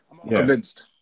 convinced